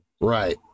Right